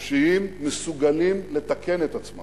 חופשיים מסוגלים לתקן את עצמם,